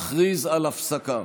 אכריז על הפסקה.